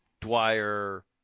Dwyer